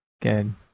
Good